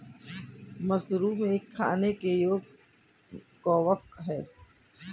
mushroom एक खाने योग्य कवक है